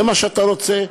זה מה שאתה רוצה,